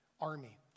army